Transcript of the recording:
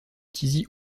tizi